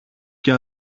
και